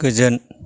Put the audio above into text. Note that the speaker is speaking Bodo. गोजोन